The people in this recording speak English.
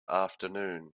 afternoon